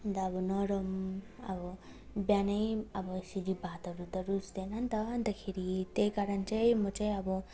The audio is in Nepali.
अन्त अब नरम अब बिहानै अब यसरी भातहरू त रुच्दैन नि त अन्तखेरि त्यही कारण चाहिँ म चाहिँ अब